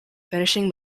finishing